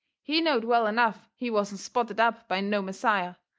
he knowed well enough he wasn't spotted up by no messiah,